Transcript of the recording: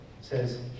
says